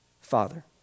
Father